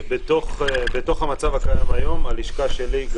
בתוך המצב הקיים היום הלשכה שלי,